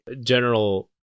general